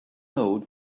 note